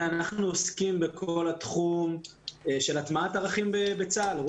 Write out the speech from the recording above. עוסקים בכל התחום של הטמעת ערכים בצה"ל.